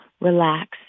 relax